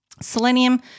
Selenium